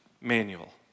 manual